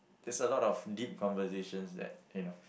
there's a lot of deep conversations that you know